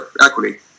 equity